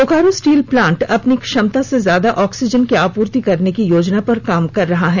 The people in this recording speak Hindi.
बोकारो स्टील प्लांट अपनी क्षमता से ज्यादा ऑक्सीजन की आपूर्ति करने की योजना पर काम कर रहा है